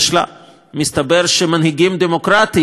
מסתבר שמנהיגים דמוקרטיים יודעים